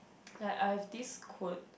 like I have this quote